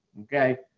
okay